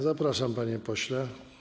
Zapraszam, panie pośle.